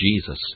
Jesus